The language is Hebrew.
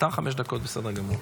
אתה, חמש דקות, בסדר גמור.